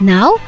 Now